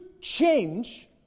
change